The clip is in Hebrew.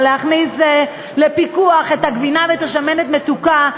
הכניס לפיקוח את הגבינה ואת השמנת המתוקה,